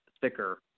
thicker